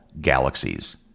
galaxies